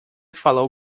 falou